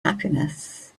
happiness